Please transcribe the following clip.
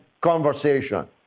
conversation